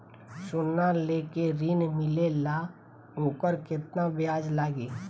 सोना लेके ऋण मिलेला वोकर केतना ब्याज लागी?